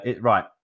Right